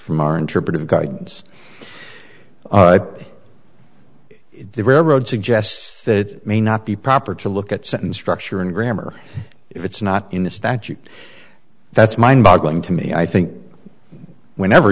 from our interpretive guides the railroad suggests that it may not be proper to look at sentence structure and grammar if it's not in a statute that's mind boggling to me i think whenever